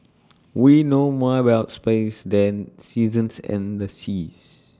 we know more about space than seasons and the seas